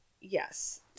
yes